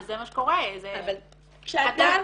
אבל זה מה שקורה זה -- אם אדם